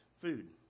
food